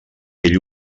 ell